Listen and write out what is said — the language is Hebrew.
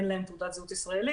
אין להן תעודת זהות ישראלית,